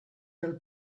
del